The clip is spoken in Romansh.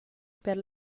per